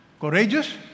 Courageous